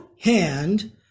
hand